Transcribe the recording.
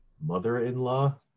mother-in-law